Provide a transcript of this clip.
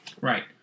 Right